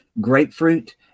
Grapefruit